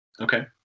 Okay